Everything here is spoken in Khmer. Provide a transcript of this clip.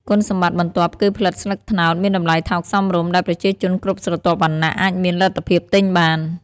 គុណសម្បត្តិបន្ទាប់គឺផ្លិតស្លឹកត្នោតមានតម្លៃថោកសមរម្យ ដែលប្រជាជនគ្រប់ស្រទាប់វណ្ណៈអាចមានលទ្ធភាពទិញបាន។